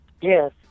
Yes